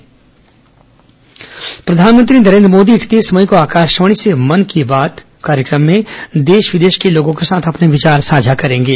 मन की बात प्रधानमंत्री नरेन्द्र मोदी इकतीस मई को आकाशवाणी से मन की बात कार्यक्रम में देश विदेश के लोगों के साथ अपने विचार साझा करेंगे